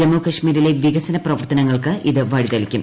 ജമ്മു കശ്മീരിലെ വികസന പ്രവർത്തനങ്ങൾക്ക് ഇത് വഴി തെളിയ്ക്കും